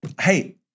Hey